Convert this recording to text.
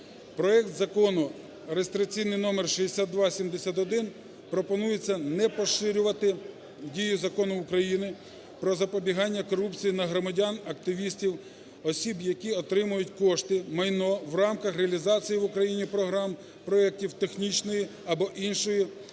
Проектом Закону реєстраційний номер 6271 пропонується не поширювати дію Закону України "Про запобігання корупції" на громадян активістів, осіб, які отримують кошти, майно в рамках реалізації в Україні програм (проектів) технічної або іншої,